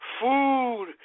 food